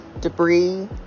debris